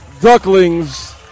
Ducklings